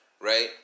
right